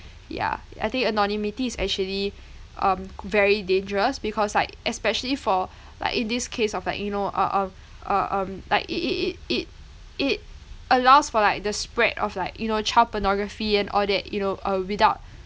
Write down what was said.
ya I think anonymity is actually um very dangerous because like especially for like in this case of like you know uh uh uh um like it it it it it allows for like the spread of like you know child pornography and all that you know uh without